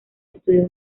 estudios